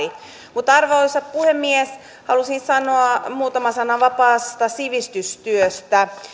mutta arvoisa puhemies halusin sanoa muutaman sanan vapaasta sivistystyöstä